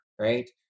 right